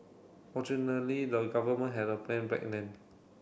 fortunately the government had a plan back then